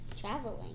traveling